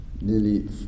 nearly